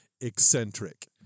eccentric